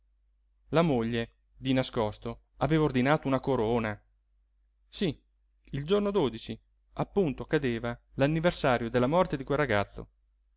la moglie di nascosto aveva ordinato una corona sí il giorno appunto cadeva l'anniversario della morte di quel ragazzo